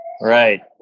Right